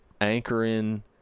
anchoring